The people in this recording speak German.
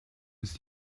ist